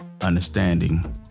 understanding